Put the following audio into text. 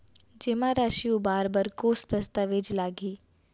जेमा राशि उबार बर कोस दस्तावेज़ लागही?